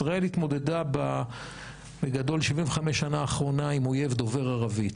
ישראל התמודדה ב-75 השנה האחרונות עם אויב דובר ערבית.